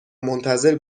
منتظر